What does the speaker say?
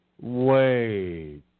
Wait